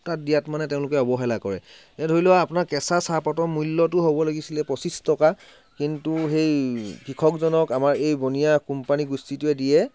তাত দিয়াত মানে তেওঁলোকে অৱহেলা কৰে ধৰি লোৱা আপোনাৰ কেঁচা চাহপাতৰ মূল্যটো হ'ব লাগিছিলে পঁচিছ টকা কিন্তু সেই কৃষকজনক আমাৰ এই বনীয়া কোম্পানী গোষ্ঠীটোৱে দিয়ে